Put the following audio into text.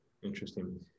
Interesting